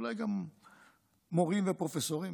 אולי גם מורים ופרופסורים,